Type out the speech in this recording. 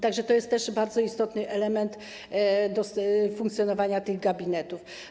Tak że to jest też bardzo istotny element funkcjonowania tych gabinetów.